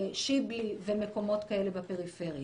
שיבלי ומקומות כאלה בפריפריה.